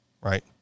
right